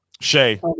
Shay